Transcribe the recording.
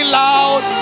loud